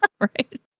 Right